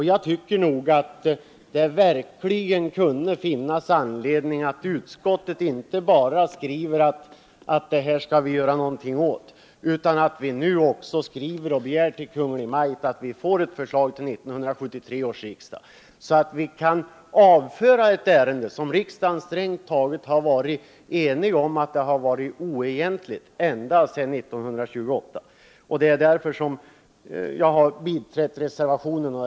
Jag tycker nog att det kunde finnas anledning för utskottet att inte bara skriva att det skall göras någonting åt saken utan nu verkligen också föreslå att riksdagen hos Kungl. Maj:t begär ett förslag till 1973 års riksdag, så att vi kan avföra detta ärende och komma till rätta med förhållanden som riksdagen ända sedan 1928 strängt taget varit enig om att de varit oegentliga.